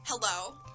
Hello